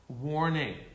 warning